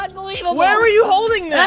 unbelievable! where are you holding that?